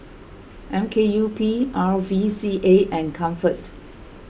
M K U P R V C A and Comfort